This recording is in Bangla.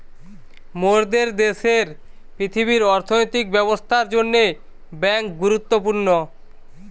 মোরদের দ্যাশের পৃথিবীর অর্থনৈতিক ব্যবস্থার জন্যে বেঙ্ক গুরুত্বপূর্ণ